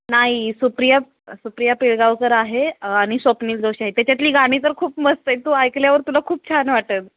नाही सुप्रिया सुप्रिया पिळगावकर आहे आणि स्वप्नील जोशी आहे त्याच्यातली गाणी तर खूप मस्त आहे तू ऐकल्यावर तुला खूप छान वाटेल